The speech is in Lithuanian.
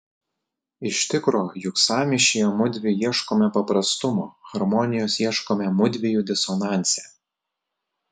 iš tikro juk sąmyšyje mudvi ieškome paprastumo harmonijos ieškome mudviejų disonanse